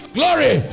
glory